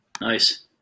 Nice